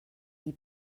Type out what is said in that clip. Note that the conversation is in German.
die